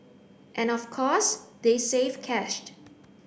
and of course they saved cash